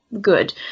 good